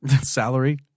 Salary